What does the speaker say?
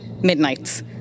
Midnights